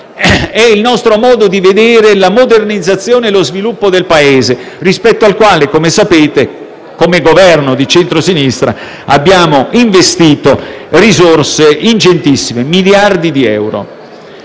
È il nostro modo di vedere la modernizzazione e lo sviluppo del Paese, rispetto al quale, come sapete, come Governo di centrosinistra abbiamo investito risorse ingentissime, miliardi di euro.